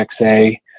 XA